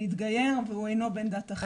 התגייר והוא אינו בן דת אחרת.